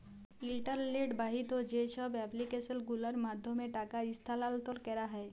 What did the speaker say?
ইলটারলেট বাহিত যা ছব এপ্লিক্যাসল গুলার মাধ্যমে টাকা ইস্থালাল্তর ক্যারা হ্যয়